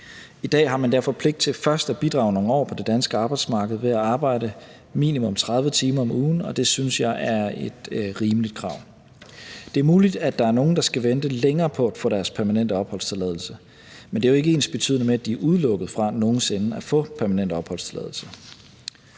I dag har man derfor pligt til først at bidrage nogle år på det danske arbejdsmarked ved at arbejde i minimum 30 timer om ugen. Det synes jeg er et rimeligt krav. Det er muligt, at der er nogle, der skal vente længere på at få deres permanente opholdstilladelse, men det er jo ikke ensbetydende med, at de er udelukket fra nogen sinde at få permanent opholdstilladelse.